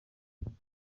abandi